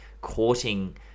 courting